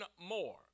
more